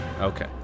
Okay